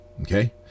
okay